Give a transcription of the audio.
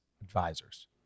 advisors